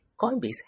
coinbase